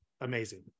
amazing